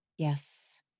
Yes